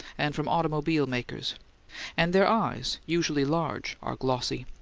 and from automobile-makers and their eyes, usually large, are glossy.